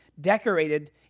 decorated